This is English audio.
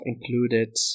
included